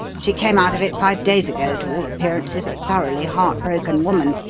she came out of it five days ago, to all appearances a thoroughly heart-broken woman.